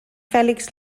fèlix